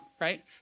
right